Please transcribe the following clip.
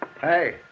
Hey